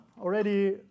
already